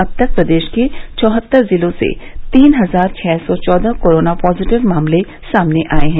अब तक प्रदेश के चौहत्तर जिलों से तीन हजार छह सौ चौदह कोरोना पॉजिटिव मामले सामने आए हैं